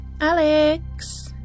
Alex